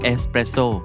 Espresso